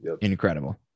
Incredible